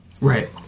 Right